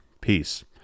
Peace